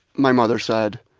my mother said,